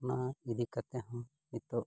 ᱚᱱᱟ ᱤᱫᱤ ᱠᱟᱛᱮᱫ ᱦᱚᱸ ᱱᱤᱛᱳᱜ